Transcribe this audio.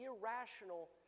irrational